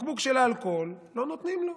בקבוק אלכוהול, לא נותנים לו.